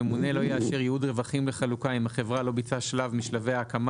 הממונה לא יאשר ייעוד רווחים לחלוקה אם החברה לא ביצעה שלב משלבי ההקמה